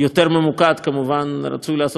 כמובן רצוי לעשות את זה בוועדה,